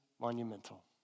monumental